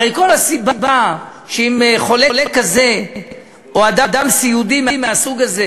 הרי כל הסיבה שאם חולה כזה או אדם סיעודי מהסוג הזה